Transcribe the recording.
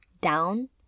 down